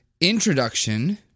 Introduction